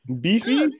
Beefy